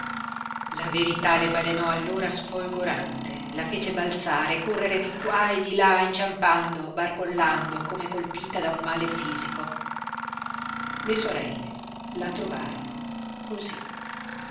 la verità le balenò allora sfolgorante la fece balzare correre di qua e di là inciampando barcollando come colpita da un male fisico le sorelle la trovarono cosí